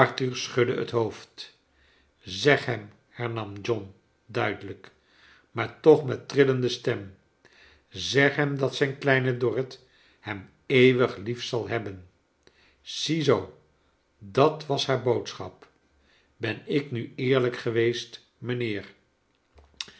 schudde het hoofd zeg henx hernam john duidelijk maar toch met trillende stem zeg hem dat zijn kleine dorrit hem eeuwig lief zal hebben ziezoo dat was haar boodschap ben ik nu eerlijk geweest mijnheer